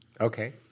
Okay